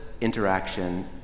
interaction